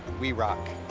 we rock.